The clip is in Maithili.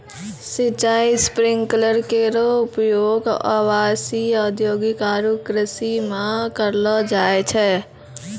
सिंचाई स्प्रिंकलर केरो उपयोग आवासीय, औद्योगिक आरु कृषि म करलो जाय छै